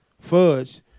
Fudge